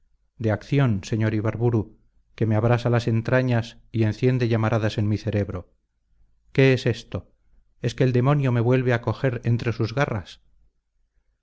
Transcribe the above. de acción señor ibarburu que me abrasa las entrañas y enciende llamaradas en mi cerebro qué es esto es que el demonio me vuelve a coger entre sus garras